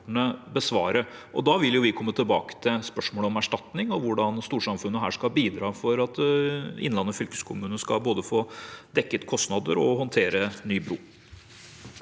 da vil vi komme tilbake til spørsmålet om erstatning og hvordan storsamfunnet skal bidra for at Innlandet fylkeskommune skal både få dekket kostnader og håndtere ny bru.